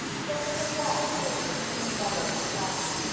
such as a watch makes when enveloped in cotton.